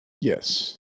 Yes